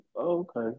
okay